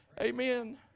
Amen